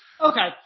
Okay